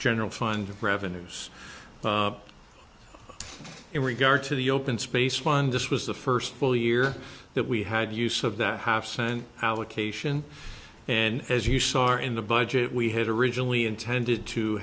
general fund revenues in regard to the open space fund this was the first full year that we had use of that half cent allocation and as you saw in the budget we had originally intended to